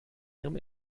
ihrem